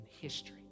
history